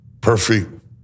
perfect